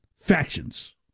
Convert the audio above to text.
factions